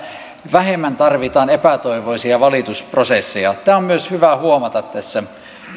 vähemmän tarvitaan epätoivoisia valitusprosesseja tämä on myös hyvä huomata tässä